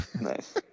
Nice